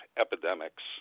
epidemics